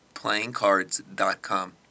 PlayingCards.com